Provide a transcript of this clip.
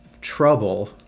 trouble